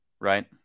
Right